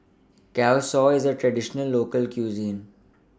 Kueh Kosui IS A Traditional Local Cuisine